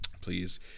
Please